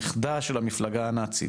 נכדה של המפלגה הנאצית",